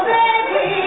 baby